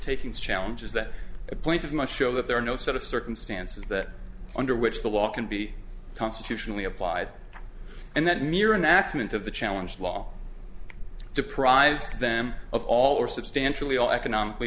taking challenges that a point of must show that there are no set of circumstances that under which the law can be constitutionally applied and that near an accident of the challenge law deprives them of all or substantially all economically